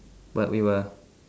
but we were